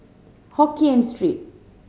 Hokien Street